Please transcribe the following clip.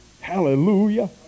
Hallelujah